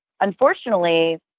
unfortunately